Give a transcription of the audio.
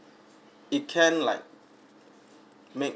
it can like make